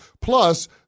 Plus